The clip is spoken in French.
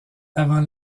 avant